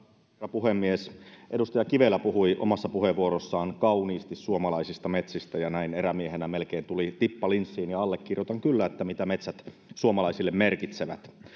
puhemies edustaja kivelä puhui omassa puheenvuorossaan kauniisti suomalaisista metsistä ja näin erämiehenä melkein tuli tippa linssiin allekirjoitan kyllä sen mitä metsät suomalaisille merkitsevät